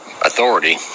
authority